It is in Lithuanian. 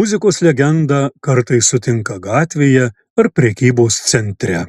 muzikos legendą kartais sutinka gatvėje ar prekybos centre